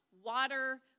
water